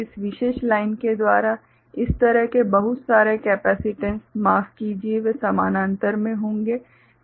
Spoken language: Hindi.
इस विशेष लाइन के द्वारा इस तरह के बहुत सारे केपेसिटेन्स माफ कीजिये वे समानांतर में होंगे